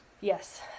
Yes